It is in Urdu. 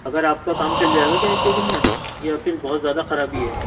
اگر آپ کا کام چل جائے گا کیا ایک دو دن میں یا پھر بہت زیادہ خرابی ہے